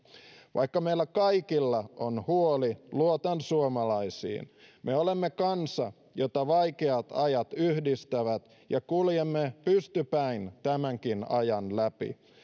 vaikka meillä kaikilla on huoli luotan suomalaisiin me olemme kansa jota vaikeat ajat yhdistävät ja kuljemme pystypäin tämänkin ajan läpi